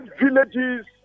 villages